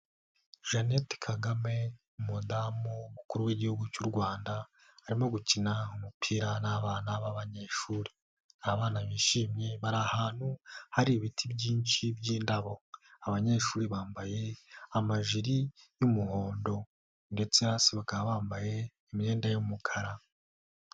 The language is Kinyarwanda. Jeannette Kagame umudamu w'umukuru w'igihugu cy'u Rwanda arimo gukina umupira n'abana b'abanyeshuri. Ni abana bishimye bari ahantu hari ibiti byinshi by'indabo, abanyeshuri bambaye amajiri y'umuhondo ndetse bakaba bambaye imyenda y'umukara.